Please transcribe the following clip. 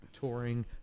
touring